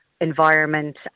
environment